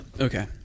okay